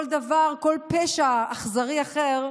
כל דבר, כל פשע אכזרי אחר,